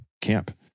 camp